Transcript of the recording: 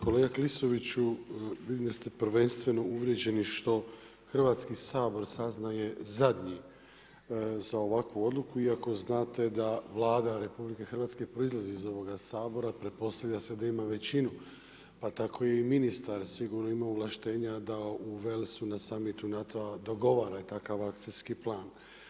Kolega Klisoviću vidim da ste prvenstveno uvrijeđeni što Hrvatski sabor saznaje zadnji za ovakvu odluku, iako znate da Vlada RH proizlazi iz ovoga Sabora pretpostavlja se da ima većinu, pa tako i ministar sigurno ima ovlaštenja da u Walesu na summitu NATO-a dogovara i takav akcijski plan.